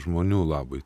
žmonių labui